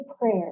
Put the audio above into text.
prayer